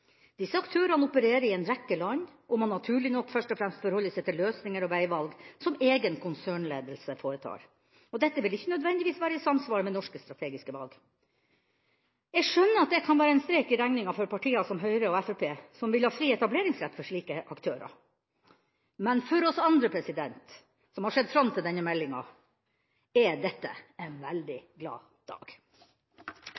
Disse aktørene opererer i en rekke land, og må naturlig nok først og fremst forholde seg til løsninger og veivalg som egen konsernledelse foretar. Og dette vil ikke nødvendigvis være i samsvar med norske strategiske valg. Jeg skjønner at det kan være en strek i regninga for partier som Høyre og Fremskrittspartiet, som vil ha fri etableringsrett for slike aktører. Men for oss andre, som har sett fram til denne meldinga, er dette er veldig glad dag. Vi behandler nå en